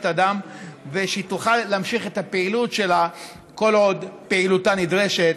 אדם שהיא תוכל להמשיך את הפעילות שלה כל עוד פעילותה נדרשת,